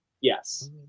Yes